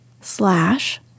slash